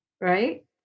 Right